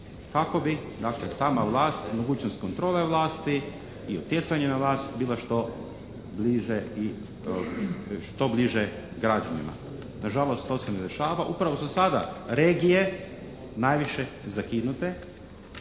dakle sama vlast i mogućnost kontrole vlasti i utjecanja na vlast bila što bliže građanima. Na žalost to se ne dešava. Upravo su sada regije najviše zakinute.